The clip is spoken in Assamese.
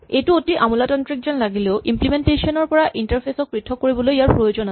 এইটো অতি আমোলাতন্ত্ৰিক যেন লাগিলেও ইম্লিমেনটেচন ৰ পৰা ইন্টাৰফেচ ক পৃথক কৰিবলৈ ইয়াৰ প্ৰয়োজন আছে